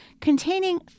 containing